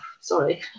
sorry